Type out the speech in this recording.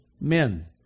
men